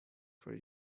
for